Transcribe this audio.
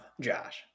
josh